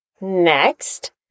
Next